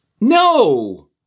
No